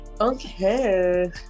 Okay